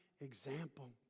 example